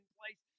place